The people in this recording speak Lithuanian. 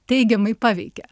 teigiamai paveikė